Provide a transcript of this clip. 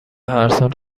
هرسال